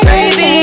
Baby